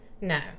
no